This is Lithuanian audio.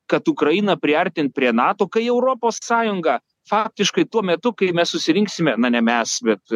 kad ukrainą priartint prie nato kai europos sąjunga faktiškai tuo metu kai mes susirinksime na ne mes bet